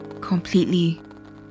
completely